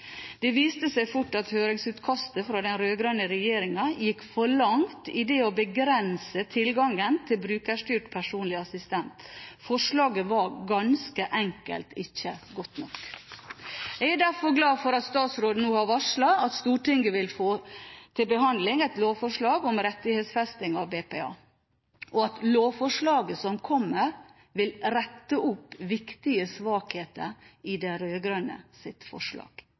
Det viste seg fort at høringsutkastet fra den rød-grønne regjeringen gikk for langt i å begrense tilgangen til brukerstyrt personlig assistent. Forslaget var ganske enkelt ikke godt nok. Jeg er derfor glad for at statsråden nå har varslet at Stortinget vil få til behandling et lovforslag om rettighetsfesting av BPA, og at lovforslaget som kommer, vil rette opp viktige svakheter i de rød-grønnes forslag.